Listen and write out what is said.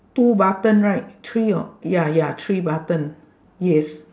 two button right three or ya ya three button yes